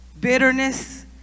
bitterness